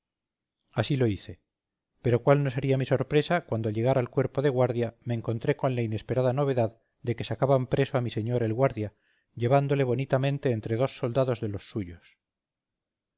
así lo hice pero cuál no sería mi sorpresa cuando al llegar al cuerpo de guardia me encontré con la inesperada novedad de que sacaban preso a mi señor el guardia llevándole bonitamente entre dos soldados de los suyos